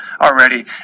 already